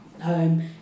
home